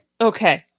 Okay